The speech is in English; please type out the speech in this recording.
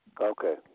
Okay